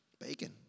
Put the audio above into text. Bacon